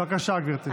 בבקשה, גברתי.